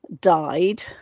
died